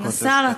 השר,